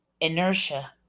inertia